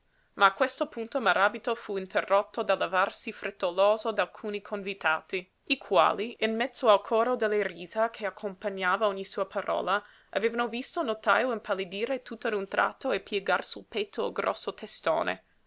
ma a questo punto maràbito fu interrotto dal levarsi frettoloso d'alcuni convitati i quali in mezzo al coro delle risa che accompagnava ogni sua parola avevano visto il notajo impallidire tutt'a un tratto e piegar sul petto il grosso testone